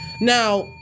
Now